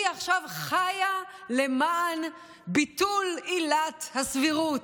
היא עכשיו חיה למען ביטול עילת הסבירות.